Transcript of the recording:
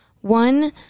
One